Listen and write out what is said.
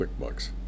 QuickBooks